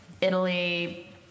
Italy